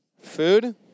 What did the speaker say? Food